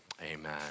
amen